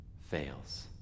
fails